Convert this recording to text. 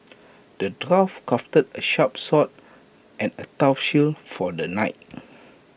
the dwarf crafted A sharp sword and A tough shield for the knight